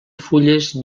fulles